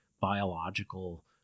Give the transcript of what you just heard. biological